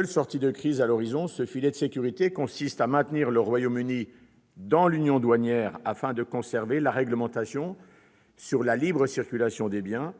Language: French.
de sortie de crise à l'horizon, ce filet de sécurité consiste à maintenir le Royaume-Uni dans l'union douanière, afin de conserver la réglementation sur la libre circulation des biens